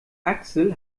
axel